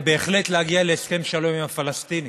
היא בהחלט להגיע להסכם שלום עם הפלסטינים.